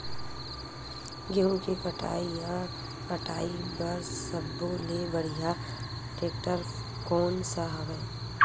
गेहूं के कटाई या कटाई बर सब्बो ले बढ़िया टेक्टर कोन सा हवय?